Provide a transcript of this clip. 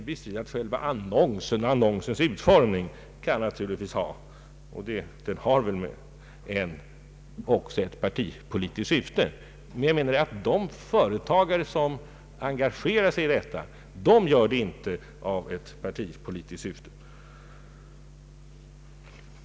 Däremot kan naturligtvis annonsen som sådan och dess utformning ha — och har väl — ett partipolitiskt syfte. De enskilda företagare som har engagerat sig i aktionen har däremot nog inte gjort det i partipolitiskt syfte.